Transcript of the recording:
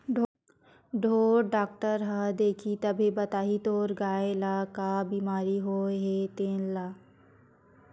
ढ़ोर डॉक्टर ह देखही तभे बताही तोर गाय ल का बिमारी होय हे तेन ल